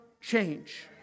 change